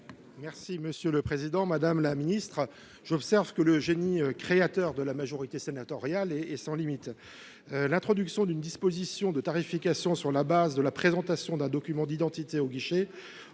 présenter l’amendement n° 474 rectifié . J’observe que le génie créateur de la majorité sénatoriale est sans limites ! L’introduction d’une disposition de tarification sur la base de la présentation d’un document d’identité au guichet